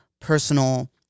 Personal